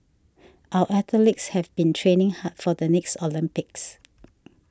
our athletes have been training hard for the next Olympics